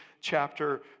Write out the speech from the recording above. chapter